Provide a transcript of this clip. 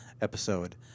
episode